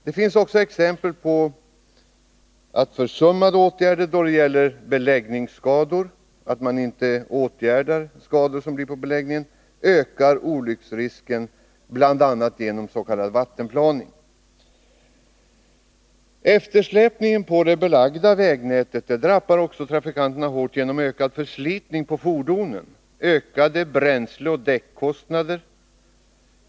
Det finns också exempel på att man genom att inte åtgärda uppkomna skador på vägbeläggningen får en ökad olycksfallsrisk bl.a. genom s.k. vattenplaning. Eftersläpningen när det gäller åtgärder i samband med skador på det belagda vägnätet drabbar också trafikanterna hårt genom att det uppstår ökad förslitning på fordonen och ökade bränsleoch däckkostnader.